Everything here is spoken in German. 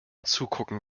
zugucken